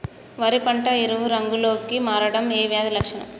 వరి పంట ఎరుపు రంగు లో కి మారడం ఏ వ్యాధి లక్షణం?